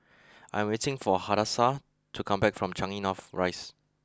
I am waiting for Hadassah to come back from Changi North Rise